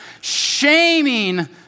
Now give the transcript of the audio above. shaming